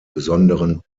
besonderen